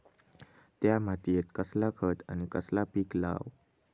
त्या मात्येत कसला खत आणि कसला पीक लाव?